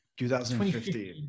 2015